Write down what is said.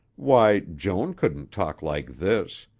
why, joan couldn't talk like this,